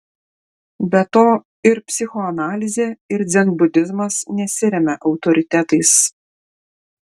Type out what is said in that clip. be to ir psichoanalizė ir dzenbudizmas nesiremia autoritetais